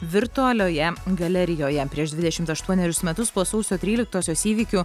virtualioje galerijoje prieš dvidešimt aštuonerius metus po sausio tryliktosios įvykių